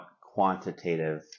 quantitative